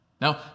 Now